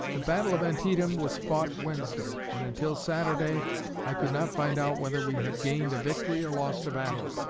the battle of antietam was fought wednesday, and until saturday i could not find out whether we had gained a victory or lost a battle.